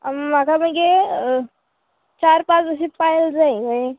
म्हाका मगे चार पांच अशी पायल जाय कळ्ळें